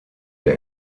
der